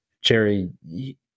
Jerry